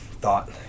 thought